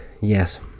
yes